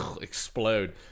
explode